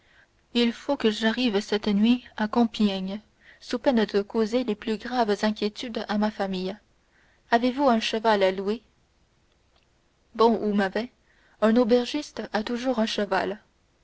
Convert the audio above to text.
il faut que j'arrive cette nuit à compiègne sous peine de causer les plus graves inquiétudes à ma famille avez-vous un cheval à louer bon ou mauvais un aubergiste a toujours un cheval